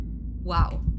Wow